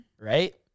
right